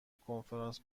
کنفرانس